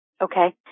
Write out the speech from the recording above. Okay